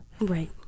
Right